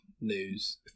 news